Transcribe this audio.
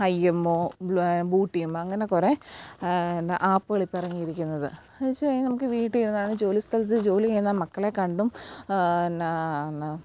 I M O ബൂട്ടിയെം അങ്ങനെ കുറെ എന്ന ആപ്പ്കളിപ്പോൾ ഇറങ്ങിയിരിക്കുന്നത് എന്നുവെച്ച് നമുക്ക് വീട്ടിലിരുന്ന് ജോലി സ്ഥലത്ത് ജോലിചെയ്യുന്ന മക്കളെക്കണ്ടും എന്നാ